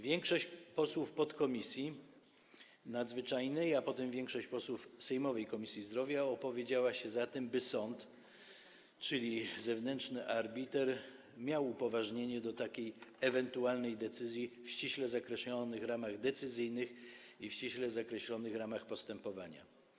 Większość posłów podkomisji nadzwyczajnej, a potem większość posłów sejmowej Komisji Zdrowia opowiedziała się za tym, by sąd, czyli zewnętrzny arbiter, miał upoważnienie do takiej ewentualnej decyzji w ściśle zakreślonych ramach decyzyjnych i w ściśle zakreślonych ramach postępowania.